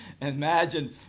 Imagine